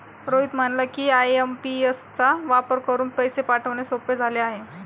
रोहित म्हणाला की, आय.एम.पी.एस चा वापर करून पैसे पाठवणे सोपे झाले आहे